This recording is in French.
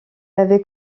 avait